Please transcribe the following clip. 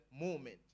moment